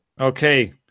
okay